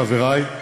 חברי,